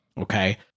okay